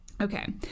okay